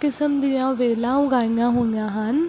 ਕਿਸਮ ਦੀਆਂ ਵੇਲਾਂ ਉਗਾਈਆਂ ਹੋਈਆਂ ਹਨ